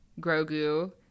Grogu